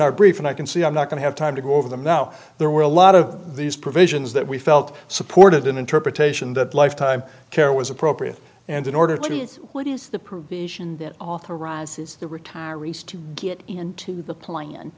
our brief and i can see i'm not going to have time to go over them now there were a lot of these provisions that we felt supported an interpretation that lifetime care was appropriate and in order to use what is the prohibition authorizes the retire reese to get into the pla